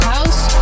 House